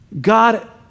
God